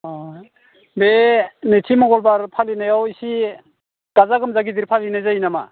अह बे नैथि मंगलबार फालिनायाव इसे गाजा गोमजा गिदिर फालिनाय जायो नामा